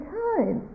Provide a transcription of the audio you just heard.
time